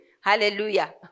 Hallelujah